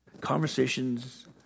Conversations